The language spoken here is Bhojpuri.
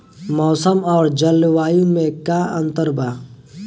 मौसम और जलवायु में का अंतर बा?